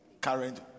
current